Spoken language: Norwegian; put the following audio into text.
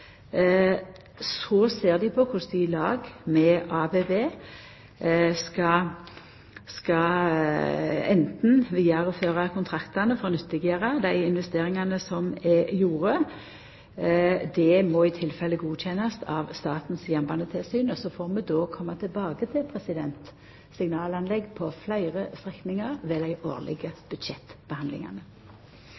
Så ser dei på korleis dei i lag med ABB skal vidareføra kontraktane for å nyttiggjera seg dei investeringane som er gjorde. Det må i tilfelle godkjennast av Statens jernbanetilsyn. Og så får vi koma tilbake til signalanlegg på fleire strekningar ved dei årlege